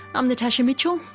i'm natasha mitchell,